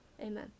amen